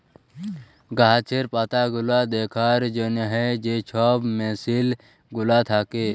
গাহাচের পাতাগুলা দ্যাখার জ্যনহে যে ছব মেসিল গুলা থ্যাকে